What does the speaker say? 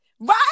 right